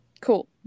cool